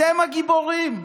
אתם הגיבורים.